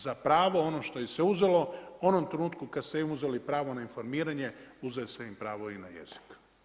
Za pravo ono što im se uzelo, u onom trenutku kad ste mu vi uzeli pravo na informiranje, uzeli ste im pravo i na jezik.